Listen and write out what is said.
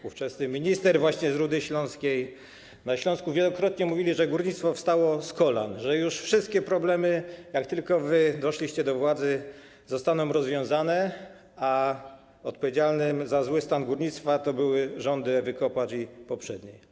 i ówczesny minister właśnie z Rudy Śląskiej wielokrotnie na Śląsku mówili, że górnictwo wstało z kolan, że już wszystkie problemy - jak tylko wy doszliście do władzy - zostaną rozwiązane, a odpowiedzialne za zły stan górnictwa były rządy Ewy Kopacz i poprzednie.